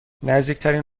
نزدیکترین